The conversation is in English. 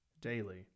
daily